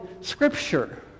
Scripture